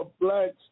blacks